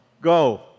go